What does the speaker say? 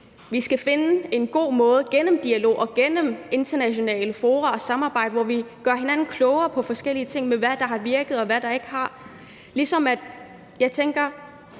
at leve på. Men vi skal gennem dialog og gennem internationale fora finde en god måde at samarbejde på, hvor vi gør hinanden klogere på forskellige ting – hvad der har virket, og hvad der ikke har. Jeg tænker